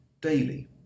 daily